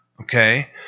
Okay